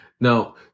Now